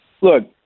look